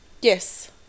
Yes